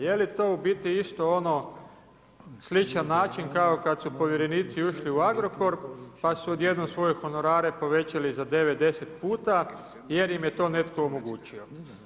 Je li to u biti isto ono sličan način kao kad su povjerenici ušli u Agrokor, pa su odjednom svoje honorare povećali za 9-10 puta jer im je to netko omogućio?